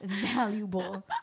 valuable